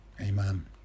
Amen